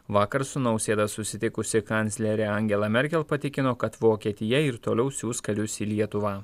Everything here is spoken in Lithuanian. vakar su nausėda susitikusi kanclerė angela merkel patikino kad vokietija ir toliau siųs karius į lietuvą